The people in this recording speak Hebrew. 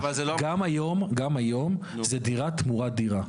גם היום, זה דירה תמורת דירה.